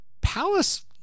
Palace